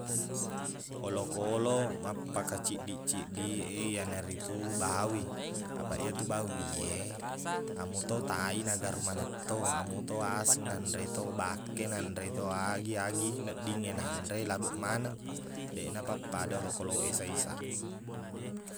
Olokkoloq mappakaciddiq-ciddiq e iyana ritu bawi apaqna itu bawi e amo to tai nagaru maneng to amo to asu nanre to bakke nanre to agi-agi nedding e nanre labeq maneng deqna pappada olokkoloq e saisaq